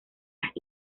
las